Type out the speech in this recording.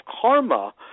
karma